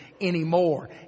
anymore